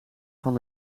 van